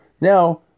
Now